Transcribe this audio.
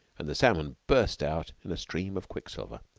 and the salmon burst out in a stream of quicksilver.